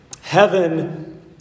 Heaven